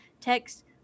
text